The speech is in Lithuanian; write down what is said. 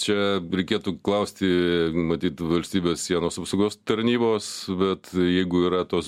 čia reikėtų klausti matyt valstybės sienos apsaugos tarnybos bet jeigu yra tos